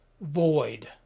void